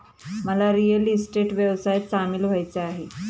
मला real estate व्यवसायात सामील व्हायचे आहे